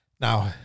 Now